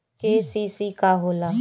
KCC का होला?